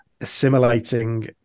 assimilating